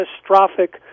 catastrophic